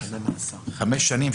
חמש שנים,